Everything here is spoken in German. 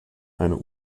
einer